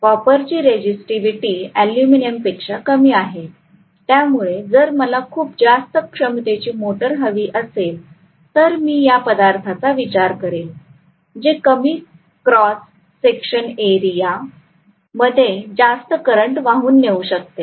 कॉपरची resistivity aluminium पेक्षा कमी आहे त्यामुळे जर मला खूप जास्त क्षमतेची मोटर हवी असेल तर मी अशा पदार्थाचा विचार करेल जे कमी क्रॉस सेक्शन एरिया मध्ये जास्त करंट वाहून नेऊ शकते